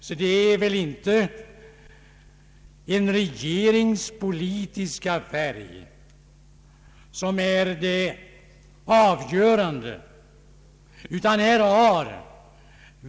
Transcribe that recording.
Så det är väl inte en regerings politiska färg som är avgörande.